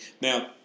now